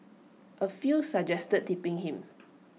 A few suggested tipping him